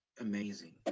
amazing